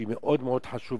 שהוא מאוד מאוד חשוב,